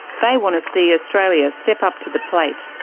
they want to see australia step up to the plate.